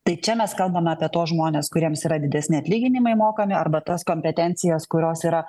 tai čia mes kalbame apie tuos žmones kuriems yra didesni atlyginimai mokami arba tas kompetencijas kurios yra